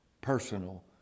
personal